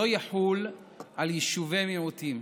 לא יחול על יישובי מיעוטים